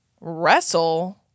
Wrestle